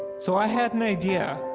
so i had an idea.